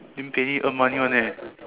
then pay need to earn money [one] eh